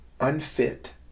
unfit